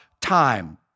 time